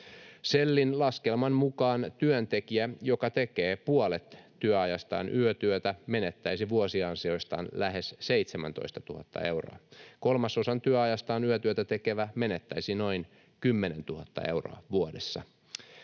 SELin laskelman mukaan työntekijä, joka tekee puolet työajastaan yötyötä, menettäisi vuosiansioistaan lähes 17 000 euroa, kolmasosan työajastaan yötyötä tekevä menettäisi noin 10 000 euroa vuodessa.